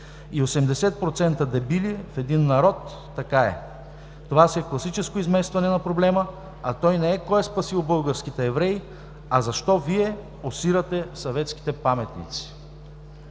и 80% дебили в един народ, така е. Това си е класическо изместване проблема, а той е не кой е спасил българските евреи, а защо Вие осирате съветските паметници.